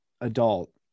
adult